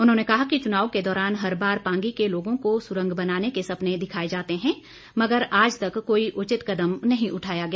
उन्होंने कहा कि चुनाव के दौरान हर बार पांगी के लोगों को सुरंग बनाने के सपने दिखाए जाते हैं मगर आज तक कोई उचित कदम नहीं उठाया गया